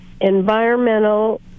environmental